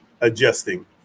adjusting